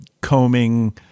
combing